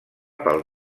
pel